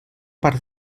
part